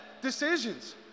decisions